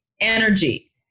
energy